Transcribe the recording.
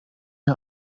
ihr